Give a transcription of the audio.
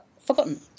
Forgotten